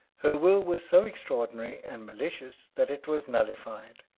her will was so extraordinary and malicious that it was nullified.